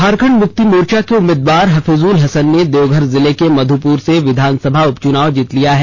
झारखंड मुक्ति मोर्चा के उम्मीदवार हफीजुल हसन ने देवघर जिले के मध्यपुर से विधानसभा उपचुनाव जीत लिया है